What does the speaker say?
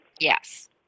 Yes